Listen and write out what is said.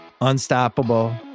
Unstoppable